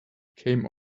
came